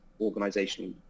organizational